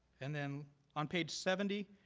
and then on page seventy,